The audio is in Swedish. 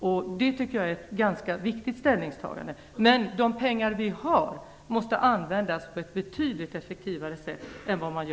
Och det är ett viktigt ställningstagande. Men de pengar som vi har måste användas på ett betydligt effektivare sätt än i dag.